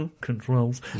controls